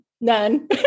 None